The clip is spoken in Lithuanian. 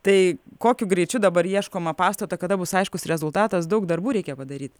tai kokiu greičiu dabar ieškoma pastato kada bus aiškus rezultatas daug darbų reikia padaryt